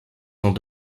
sont